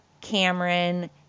Cameron